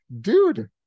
dude